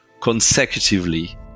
consecutively